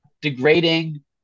degrading